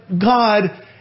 God